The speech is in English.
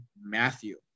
Matthew